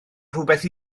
rywbeth